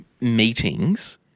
meetings